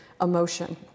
emotion